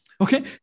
okay